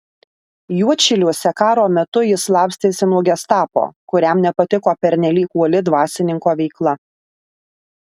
juodšiliuose karo metu jis slapstėsi nuo gestapo kuriam nepatiko pernelyg uoli dvasininko veikla